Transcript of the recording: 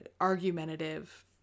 argumentative